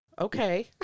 Okay